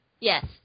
Yes